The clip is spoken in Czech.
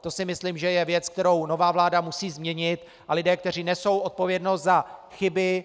To si myslím, že je věc, kterou nová vláda musí změnit, a lidé, kteří nesou odpovědnost za chyby